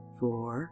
four